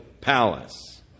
palace